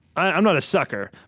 i'm not a sucker,